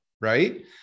right